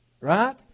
right